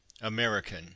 American